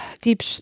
deep